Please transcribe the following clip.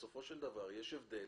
בסופו של דבר יש הבדל